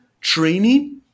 training